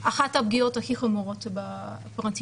אחת הפגיעות הכי חמורות בפרטיות.